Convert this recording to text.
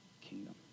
kingdom